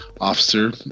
officer